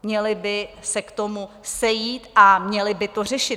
Měli by se k tomu sejít a měli by to řešit.